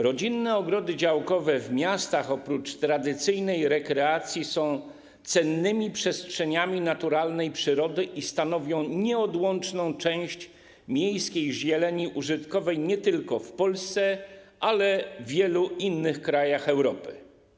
Rodzinne ogrody działkowe w miastach oprócz pełnienia tradycyjnej funkcji rekreacyjnej są też cennymi przestrzeniami naturalnej przyrody i stanowią nieodłączną część miejskiej zieleni użytkowej nie tylko w Polsce, ale w wielu innych krajach Europy.